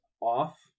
off